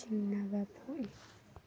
ꯆꯤꯡꯅꯕ ꯄꯣꯛꯏ